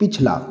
पिछला